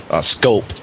scope